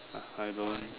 I I don't